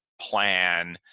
plan